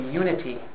unity